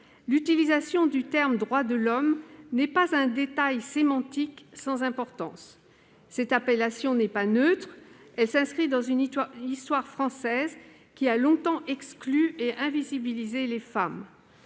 L'utilisation des termes « droits de l'homme » n'est pas un détail sémantique sans importance. Cette appellation n'est pas neutre, elle s'inscrit dans une histoire française qui a longtemps exclu et « invisibilisé » les femmes.